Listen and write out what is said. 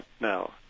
now